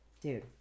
dude